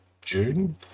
June